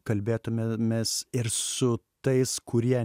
kalbėtumėmės ir su tais kurie